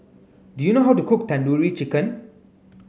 do you know how to cook Tandoori Chicken